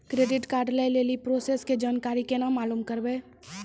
Credit card लय लेली process के जानकारी केना मालूम करबै?